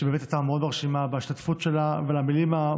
שבאמת הייתה מאוד מרשימה בהשתתפות שלה,